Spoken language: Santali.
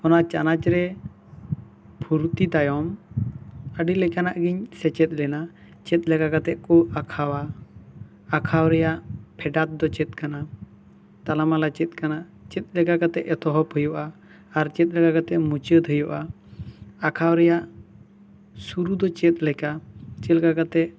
ᱚᱱᱟ ᱪᱟᱱᱟᱪ ᱨᱮ ᱯᱷᱩᱨᱛᱤ ᱛᱟᱭᱚᱢ ᱟᱹᱰᱤ ᱞᱮᱠᱟᱱᱟᱜ ᱜᱮᱧ ᱥᱮᱪᱮᱫ ᱞᱮᱱᱟ ᱪᱮᱫ ᱞᱮᱠᱟ ᱠᱟᱛᱮ ᱠᱚ ᱟᱸᱠᱷᱟᱣᱟ ᱟᱸᱠᱷᱟᱣ ᱨᱮᱭᱟᱜ ᱯᱷᱮᱰᱟᱛ ᱫᱚ ᱪᱮᱫ ᱠᱟᱱᱟ ᱛᱟᱞᱟ ᱢᱟᱞᱟ ᱪᱮᱫ ᱠᱟᱱᱟ ᱪᱮᱫ ᱞᱮᱠᱟ ᱠᱟᱛᱮ ᱮᱛᱚᱦᱚᱵ ᱦᱩᱭᱩᱜᱼᱟ ᱟᱨ ᱪᱮᱫ ᱞᱮᱠᱟ ᱠᱟᱛᱮ ᱢᱩᱪᱟᱹᱫ ᱦᱩᱭᱩᱜᱼᱟ ᱟᱸᱠᱷᱟᱣ ᱨᱮᱭᱟᱜ ᱥᱩᱨᱩ ᱫᱚ ᱪᱮᱫ ᱞᱮᱠᱟ ᱪᱮᱫ ᱞᱮᱠᱟ ᱠᱟᱛᱮ